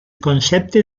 concepte